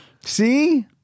see